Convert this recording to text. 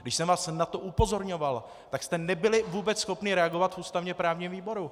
Když jsem vás na to upozorňoval, tak jste nebyli vůbec schopni reagovat v ústavněprávním výboru!